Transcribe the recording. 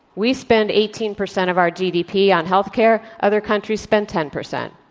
we spend eighteen percent of our gdp on health care. other countries spend ten percent.